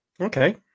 Okay